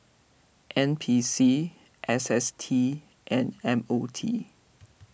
N P C S S T and M O T